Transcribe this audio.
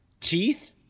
teeth